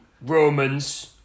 Romans